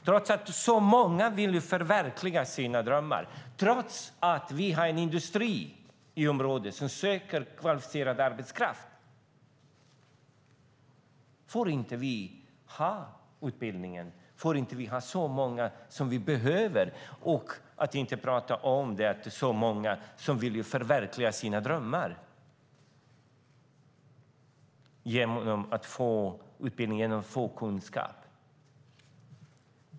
Trots att så många vill förverkliga sina drömmar, och trots att vi har en industri i området som söker kvalificerad arbetskraft får vi inte ha så många platser som vi behöver. Det är så många som vill förverkliga sina drömmar genom att få utbildning och kunskap.